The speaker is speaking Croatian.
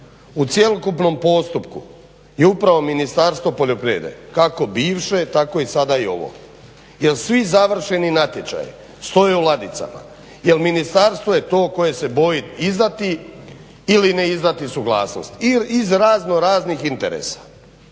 u cjelokupnom postupku je upravo Ministarstvo poljoprivrede, kako bivšeg tako sada i ovog. Jer svi završeni natječaji stoje u ladicama jer ministarstvo je to koje se boji izdati ili ne izdati suglasnost iz raznoraznih interesa.